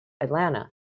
Atlanta